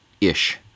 ish